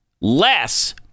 Less